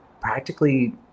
practically